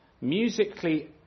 musically